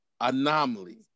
Anomaly